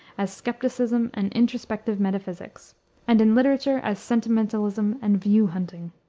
as skepticism and introspective metaphysics and in literature, as sentimentalism, and view-hunting.